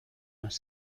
las